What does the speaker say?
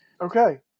Okay